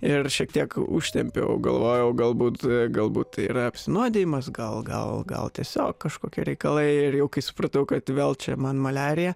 ir šiek tiek užtempiau galvojau galbūt galbūt tai yra apsinuodijimas gal gal gal tiesiog kažkokie reikalai ir jau kai supratau kad vėl čia man maliarija